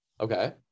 Okay